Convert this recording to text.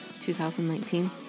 2019